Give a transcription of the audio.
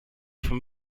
von